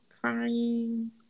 Crying